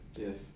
Yes